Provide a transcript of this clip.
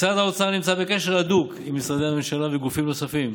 משרד האוצר נמצא בקשר הדוק עם משרדי ממשלה וגופים נוספים